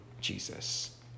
Jesus